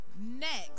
Next